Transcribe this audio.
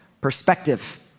perspective